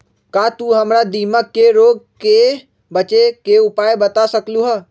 का तू हमरा दीमक के रोग से बचे के उपाय बता सकलु ह?